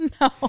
no